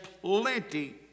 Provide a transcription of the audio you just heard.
plenty